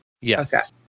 Yes